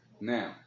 Now